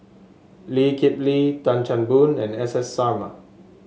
Lee Kip Lee Tan Chan Boon and S S Sarma